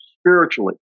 spiritually